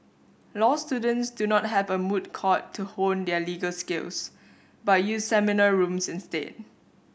law students do not have a moot court to hone their legal skills but use seminar rooms instead